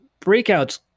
breakouts